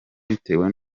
bitewe